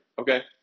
okay